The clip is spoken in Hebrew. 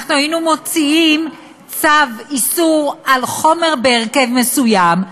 היינו מוציאים צו איסור על חומר בהרכב מסוים,